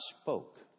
spoke